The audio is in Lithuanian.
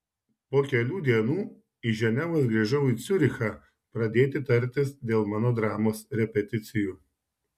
po kelių dienų iš ženevos grįžau į ciurichą pradėti tartis dėl mano dramos repeticijų